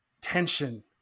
tension